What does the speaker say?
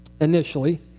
initially